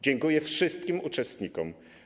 Dziękuję wszystkim uczestnikom.